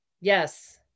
yes